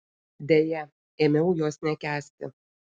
deja ėmiau jos nekęsti